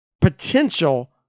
potential